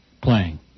playing